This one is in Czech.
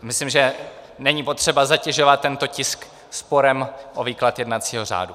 Myslím, že není potřeba zatěžovat tento tisk sporem o výklad jednacího řádu.